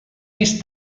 més